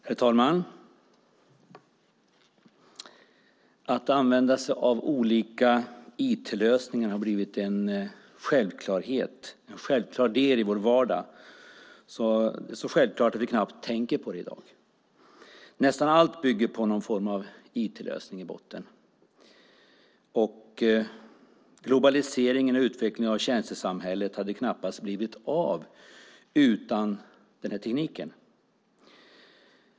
Herr talman! Att använda olika IT-lösningar har blivit en så självklar del av vår vardag att vi knappt tänker på det. Nästan allt har någon form av IT-lösning i botten. Globaliseringen och utvecklingen av tjänstesamhället hade knappast blivit av utan denna teknik.